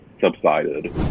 subsided